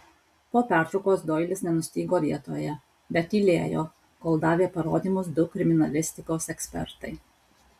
po pertraukos doilis nenustygo vietoje bet tylėjo kol davė parodymus du kriminalistikos ekspertai